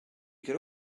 could